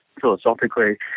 philosophically